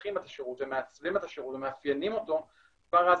מפתחים ומעצבים ומאפיינים את השירות כבר אז